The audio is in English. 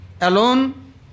alone